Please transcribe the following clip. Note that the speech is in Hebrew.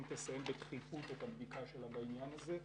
תסיים בדחיפות את הבדיקה שלה בעניין הזה,